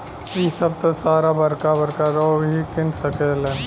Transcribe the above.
इ सभ त सारा बरका बरका लोग ही किन सकेलन